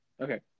Okay